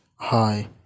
Hi